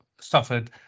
suffered